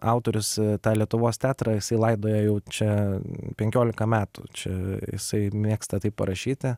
autorius tą lietuvos teatrą jisai laidoja jau čia penkiolika metų čia jisai mėgsta taip parašyti